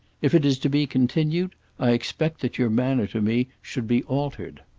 if it is to be continued i expect that your manner to me should be altered.